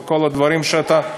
וכל הדברים שאתה,